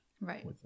Right